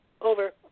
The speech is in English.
Over